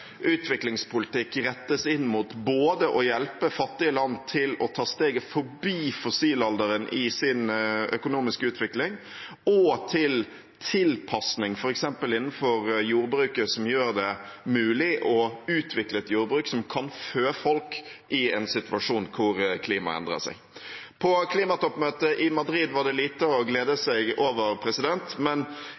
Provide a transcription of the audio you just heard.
utviklingspolitikk rettes inn både mot å hjelpe fattige land til å ta steget forbi fossilalderen i sin økonomiske utvikling og til tilpasning, f.eks. innenfor jordbruket, som gjør det mulig å utvikle et jordbruk som kan fø folk i en situasjon hvor klimaet endrer seg. På klimatoppmøtet i Madrid var det lite å glede seg over, men